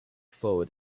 forward